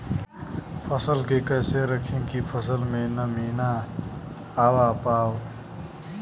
फसल के कैसे रखे की फसल में नमी ना आवा पाव?